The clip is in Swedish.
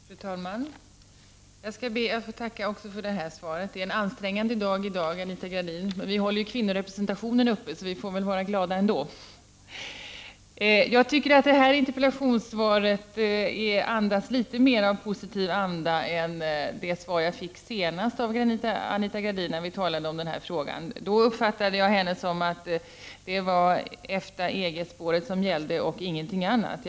Fru talman! Jag skall be att få tacka också för detta svar. Det är en ansträngande dag i dag, Anita Gradin. Men vi håller ju kvinnorepresentationen uppe, så vi får väl vara glada ändå. I detta interpellationssvar finns litet mer av positiv anda än i det svar jag fick senast från Anita Gradin när vi debatterade denna fråga. Då uppfattade jag henne som att det var EFTA-EG-spåret som gällde, och ingenting annat.